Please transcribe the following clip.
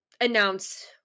announce